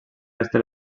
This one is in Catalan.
resta